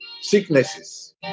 sicknesses